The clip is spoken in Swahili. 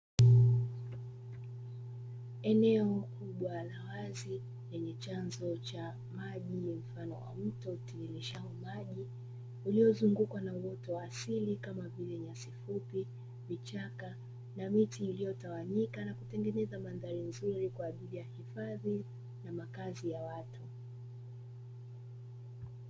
Eneo kubwa la wazi lenye chanzo cha maji mfano wa mto utiririshao maji, uliozungukwa na uoto wa asili kama vile: nyasi fupi, vichaka, na miti iliyotawanyika na kutengeneza mandhari nzuri kwa ajili ya hifadhi na makazi ya watu.